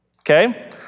Okay